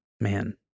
man